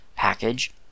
package